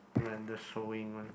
when the sewing one